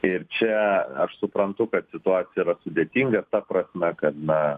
ir čia aš suprantu kad situacija yra sudėtinga ta prasme kad na